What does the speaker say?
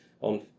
on